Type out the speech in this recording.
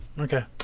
Okay